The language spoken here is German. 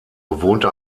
bewohnte